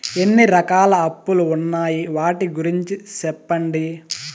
ఎన్ని రకాల అప్పులు ఉన్నాయి? వాటి గురించి సెప్పండి?